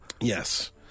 Yes